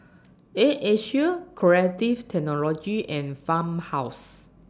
Air Asia Creative Technology and Farmhouse